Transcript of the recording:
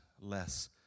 less